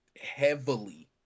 heavily